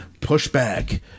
Pushback